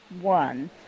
one